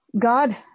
God